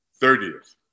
30th